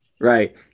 right